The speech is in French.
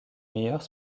meilleurs